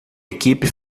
equipe